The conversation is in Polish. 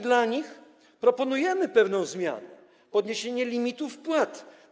Dla nich proponujemy pewną zmianę: podniesienie limitu wpłat.